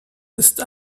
ist